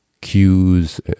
cues